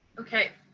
ok.